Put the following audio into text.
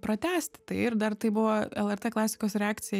pratęsti tai ir dar tai buvo lrt klasikos reakcija